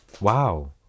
wow